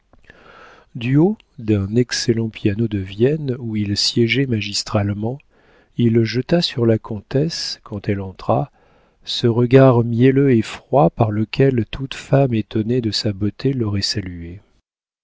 du haut d'un excellent piano de vienne où il siégeait magistralement il jeta sur la comtesse quand elle entra ce regard mielleux et froid par lequel toute femme étonnée de sa beauté l'aurait saluée